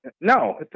No